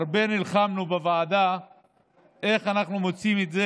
שנלחמנו רבות בוועדה איך אנחנו מוציאים את זה